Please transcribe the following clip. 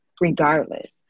regardless